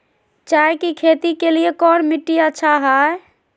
चाय की खेती के लिए कौन मिट्टी अच्छा हाय?